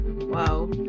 wow